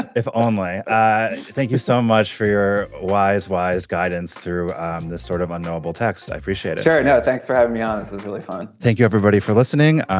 if only thank you so much for your wise wise guidance through um this sort of unknowable text i appreciate it yeah it now. thanks for having me on. this was really fun. thank you everybody for listening.